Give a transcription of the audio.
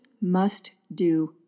must-do